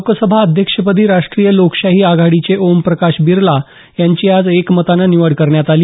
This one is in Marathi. लोकसभा अध्यक्षपदी राष्ट्रीय लोकशाही आघाडीचे ओमपकाश बिर्ला यांची आज एकमतानं निवड करण्यात आली